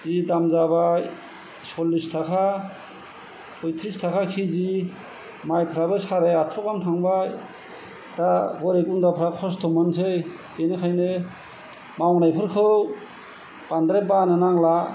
जि दाम जाबाय सल्लिस ताखा पइट्रिस ताखा केजि माइफ्राबो सारे आतस' गाहाम थांबाय दा गरिब गुन्द्राफोर खस्त' मोननोसै बिनिखायनो मावनायफोरखौ बांद्राय बानो नांला